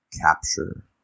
capture